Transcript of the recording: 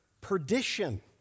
perdition